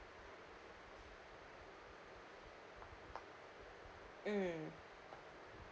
mm